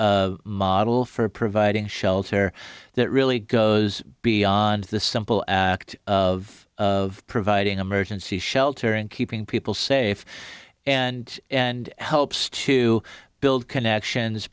our model for providing shelter that really goes beyond the simple act of providing emergency shelter and keeping people safe and and helps to build connections